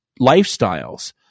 lifestyles